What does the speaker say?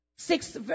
Sixth